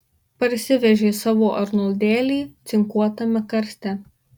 parsivežė savo arnoldėlį cinkuotame karste